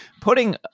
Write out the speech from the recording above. putting